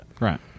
Right